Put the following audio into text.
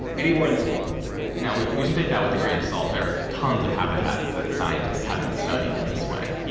anywhere in the world now we we should take that with a grain of salt. there tons of habitats that scientists haven't studied in this way,